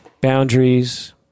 boundaries